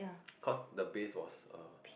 cause the base was err